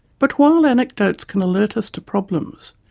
but while anecdotes can alert us to problems,